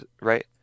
Right